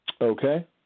Okay